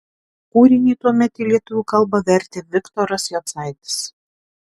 kūrinį tuomet į lietuvių kalbą vertė viktoras jocaitis